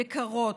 יקרות,